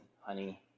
honey